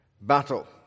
battle